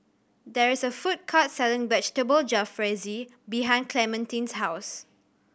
there is a food court selling Vegetable Jalfrezi behind Clementine's house